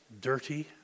dirty